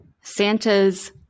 Santa's